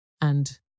and